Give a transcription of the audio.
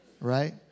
Right